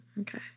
Okay